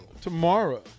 Tomorrow